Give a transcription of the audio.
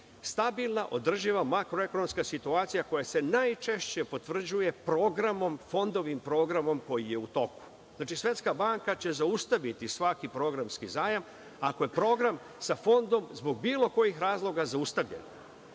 stabilna, održiva makroekonomska situacija koja se najčešće potvrđuje fondovim programom koji je u toku. Znači, Svetska banka će zaustaviti svaki programski zajam ako je program sa fondom zbog bilo kojih razloga zaustavljen.